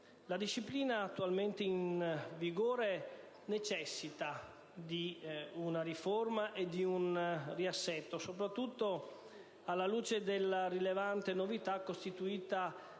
La disciplina attualmente in vigore necessita di una riforma e di un riassetto, soprattutto alla luce della rilevante novità costituita